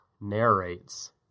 narrates